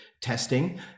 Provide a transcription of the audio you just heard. testing